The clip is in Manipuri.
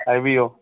ꯍꯥꯏꯕꯤꯌꯣ